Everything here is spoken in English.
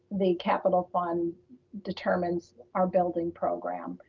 the capital fund determines our building program.